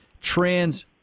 trans